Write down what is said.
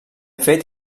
fet